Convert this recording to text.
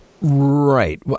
Right